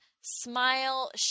Smile